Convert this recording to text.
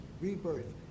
rebirth